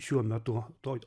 šiuo metu toj